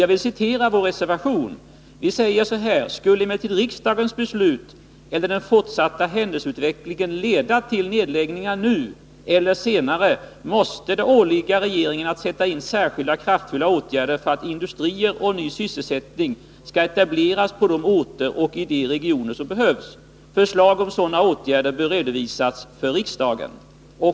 Jag vill citera ur vår reservation 2, där vi säger: ”Skulle emellertid riksdagens beslut eller den fortsatta händelseutvecklingen leda till nedläggningar nu eller senare måste det åligga regeringen att sätta in särskilda och kraftfulla åtgärder för att nya industrier och ny sysselsättning skall etableras på de orter och i de regioner som berörs. Förslag om sådana åtgärder bör därvid redovisas för riksdagen.